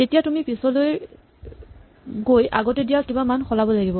তেতিয়া তুমি পিছলৈ গৈ আগতে দিয়া কিবা মান সলাব লাগিব